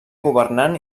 governant